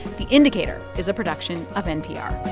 the indicator is a production of npr